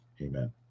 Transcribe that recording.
Amen